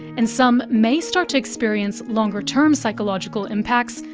and some may start to experience longer-term psychological impacts,